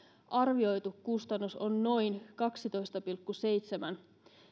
arvioitu kustannus on noin kaksitoista pilkku seitsemän